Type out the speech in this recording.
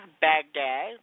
Baghdad